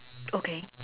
okay